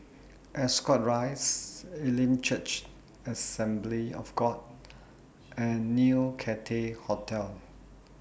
Ascot Rise Elim Church Assembly of God and New Cathay Hotel